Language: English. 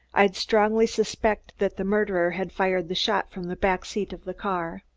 i'd strongly suspect that the murderer had fired the shot from the back seat of the car.